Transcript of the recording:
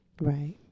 Right